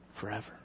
forever